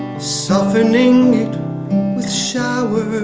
softening it with showers